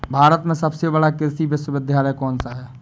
भारत में सबसे बड़ा कृषि विश्वविद्यालय कौनसा है?